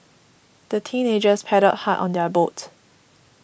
the teenagers paddled hard on their boat